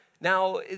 Now